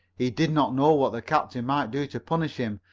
he did not know what the captain might do to punish him,